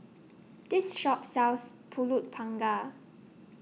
This Shop sells Pulut Panggang